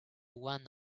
want